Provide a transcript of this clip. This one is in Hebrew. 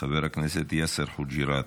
חבר הכנסת יאסר חוג'יראת,